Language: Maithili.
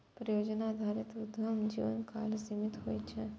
परियोजना आधारित उद्यमक जीवनकाल सीमित होइ छै